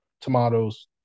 tomatoes